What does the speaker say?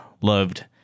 loved